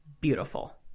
beautiful